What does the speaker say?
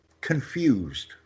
confused